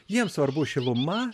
jiems svarbu šiluma